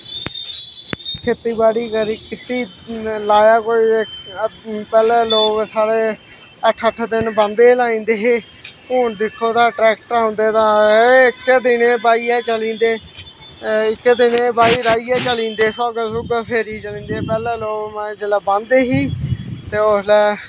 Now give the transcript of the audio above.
खेत्ती बाड़ी कीती ते लाया कोई पैह्लैं लोग साढ़े अट्ठ अट्ठ दिन ब्हांदैं गै लाई ओड़दे होंदे हे हून दिक्खो ट्रैक्टर औंदे तां इक्कै दिने च बाहियै चली जंदे इक्कै दिने च ब्हाईयै राहियै चली जंदे सोहागा सूगा फेरियै चली जंदे पैह्लैं लोग जिसलै बांहदे ही ते उसलै